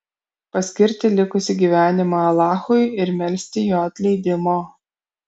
paskirti likusį gyvenimą alachui ir melsti jo atleidimo